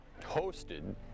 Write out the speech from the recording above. hosted